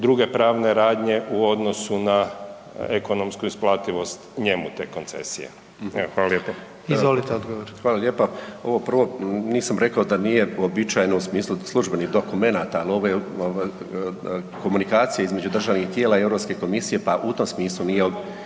druge pravne radnje u odnosu na ekonomsku isplativost njemu te koncesije? Hvala lijepo. **Jandroković, Gordan (HDZ)** Izvolite odgovor. **Zrinušić, Zdravko** Hvala lijepo. Ovo prvo nisam rekao da nije uobičajeno u smislu službenih dokumenata, ali ovo je komunikacija između državnih tijela i Europske komisije, pa u tom smislu nije uobičajeno